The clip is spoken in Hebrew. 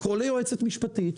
לקרוא ליועצת המשפטית,